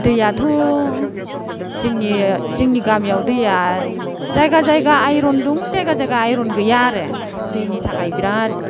दैयाथ' जोंनि गामियाव दैया जायगा जायगा आयरन दं जायगा जायगा आयरन गैया आरो दैनि थाखाय बिराद